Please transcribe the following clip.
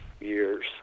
years